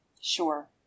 Sure